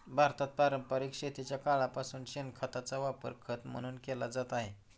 भारतात पारंपरिक शेतीच्या काळापासून शेणखताचा वापर खत म्हणून केला जात आहे